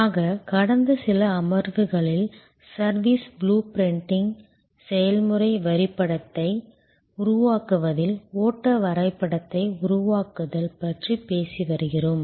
ஆக கடந்த சில அமர்வுகளில் சர்வீஸ் ப்ளூ பிரிண்டிங் செயல்முறை வரைபடத்தை உருவாக்குதல் ஓட்ட வரைபடத்தை உருவாக்குதல் பற்றி பேசி வருகிறோம்